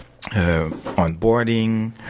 onboarding